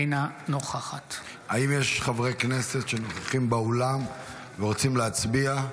אינה נוכחת האם יש חברי כנסת שנוכחים באולם ורוצים להצביע?